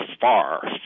far